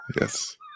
Yes